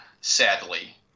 sadly